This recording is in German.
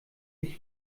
ich